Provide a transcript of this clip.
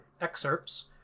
excerpts